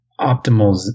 optimal